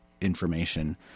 information